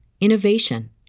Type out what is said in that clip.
innovation